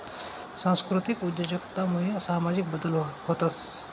सांस्कृतिक उद्योजकता मुये सामाजिक बदल व्हतंस